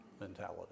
mentality